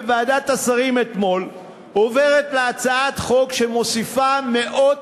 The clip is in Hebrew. בוועדת השרים אתמול עוברת לה הצעת חוק שמוסיפה מאות